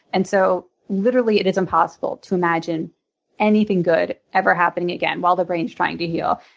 and so literally it is impossible to imagine anything good ever happening again while the brain is trying to heal.